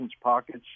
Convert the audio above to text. pockets